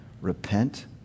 repent